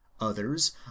others